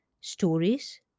stories